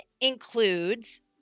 includes